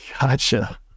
Gotcha